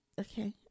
Okay